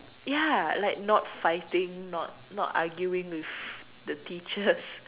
ya like not fighting not not arguing with the teachers